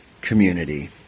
community